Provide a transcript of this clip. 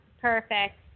perfect